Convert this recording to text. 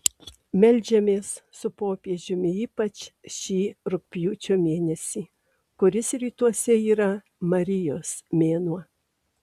meldžiamės su popiežiumi ypač šį rugpjūčio mėnesį kuris rytuose yra marijos mėnuo